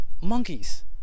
monkeys